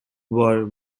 were